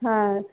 ਹਾਂ